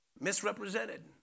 misrepresented